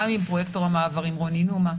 גם עם פרויקטור המעברים רוני נומה,